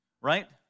right